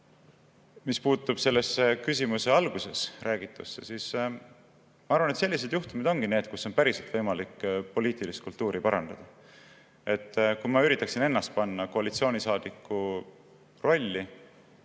mis puutub sellesse küsimuse alguses räägitusse, siis ma arvan, et sellised juhtumid ongi need, kus on päriselt võimalik poliitilist kultuuri parandada. Kui ma üritaksin ennast panna koalitsioonisaadiku rolli,